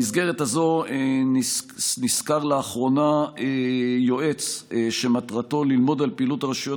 במסגרת זו נשכר לאחרונה יועץ שמטרתו ללמוד על פעילות הרשויות